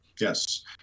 Yes